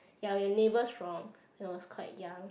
ya we were neighbours from when was quite young